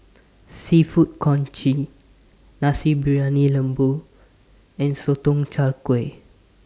Seafood Congee Nasi Briyani Lembu and Sotong Char Kway